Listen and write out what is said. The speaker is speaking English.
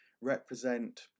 represent